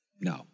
No